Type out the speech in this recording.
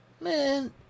Man